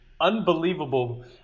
unbelievable